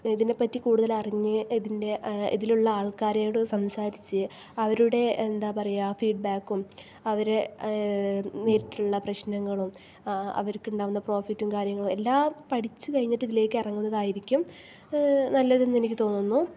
ഇതിനെപ്പറ്റി കൂടുതൽ അറിഞ്ഞ് ഇതിലുള്ള ആൾക്കാരോട് സംസാരിച്ച് അവരുടെ എന്താ പറയുക ഫീഡ് ബാക്കും അവര് നേരിട്ടിട്ടുള്ള പ്രശ്നങ്ങളും അവർക്കുണ്ടാകുന്ന പ്രൊഫിറ്റും കാര്യങ്ങളും എല്ലാം പഠിച്ച് കഴിഞ്ഞിട്ട് ഇതിലേക്ക് ഇറങ്ങുന്നതായിരിക്കും നല്ലതെന്ന് എനിക്ക് തോന്നുന്നു